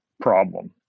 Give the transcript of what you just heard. problem